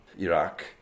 Iraq